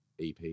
EP